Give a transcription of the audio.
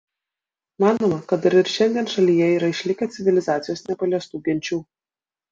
manoma kad dar ir šiandien šalyje yra išlikę civilizacijos nepaliestų genčių